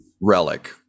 relic